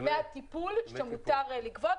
דמי הטיפול שמותר לגבות,